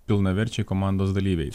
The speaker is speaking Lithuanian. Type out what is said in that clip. pilnaverčiai komandos dalyviai